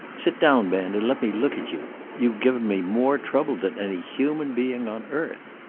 sit down, man, and let me look at you. you've given me more trouble than any human being on earth.